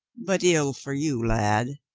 but ill for you, lad.